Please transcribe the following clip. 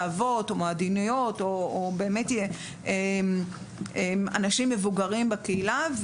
אבות או מועדוניות אנשים מבוגרים בקהילה.